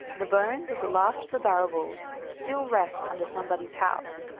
the bones of the last of the barrabools still rest under somebody's house,